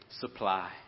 supply